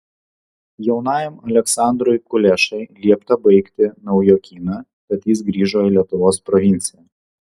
jaunajam aleksandrui kulešai liepta baigti naujokyną tad jis grįžo į lietuvos provinciją